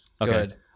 okay